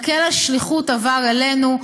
מקל השליחות עבר אלינו.